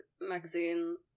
magazine